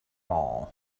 all